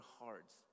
hearts